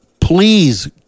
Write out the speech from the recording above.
Please